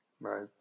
Right